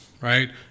right